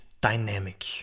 dynamic